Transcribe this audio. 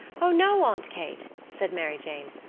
o no, aunt kate, said mary jane.